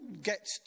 get